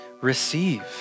Receive